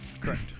Correct